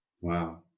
Wow